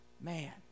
man